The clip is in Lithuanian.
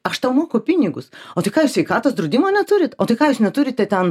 aš tau moku pinigus o tai ką jūs sveikatos draudimo neturit o tai ką jūs neturite ten